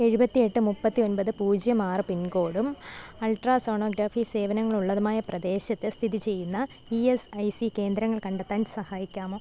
എഴുപത്തിവ എട്ട് മുപ്പത്തി ഒൻപത് പൂജ്യം ആറ് പിൻ കോഡും അൾട്രാസോണോഗ്രാഫി സേവനങ്ങൾ ഉള്ളതുമായ പ്രദേശത്ത് സ്ഥിതി ചെയ്യുന്ന ഇ എസ് ഐ സി കേന്ദ്രങ്ങൾ കണ്ടെത്താൻ സഹായിക്കാമോ